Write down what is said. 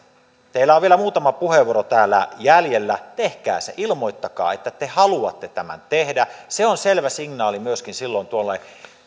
teillä on vielä muutama puheenvuoro täällä jäljellä tehkää se ilmoittakaa että te haluatte tämän tehdä se on silloin selvä signaali myöskin